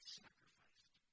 sacrificed